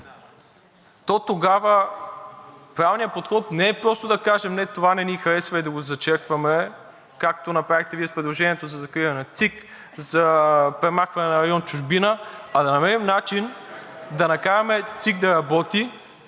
то тогава правилният подход не е просто да кажем: „не, това не ни харесва“ и да го зачеркваме, както направихте Вие с предложението за закриване на ЦИК, за премахване на район „Чужбина“, а да намерим начин да накараме ЦИК да работи